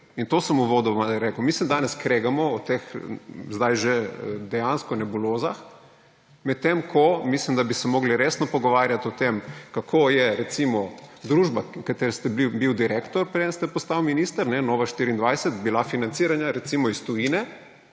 In to sem uvodoma rekel. Mi se danes kregamo o teh zdaj že dejansko nebulozah, medtem ko mislim, da bi se morali resno pogovarjati o tem, kako je, recimo, družba, katere direktor ste bili, preden ste postali minister, Nova 24, bila financirana iz tujine.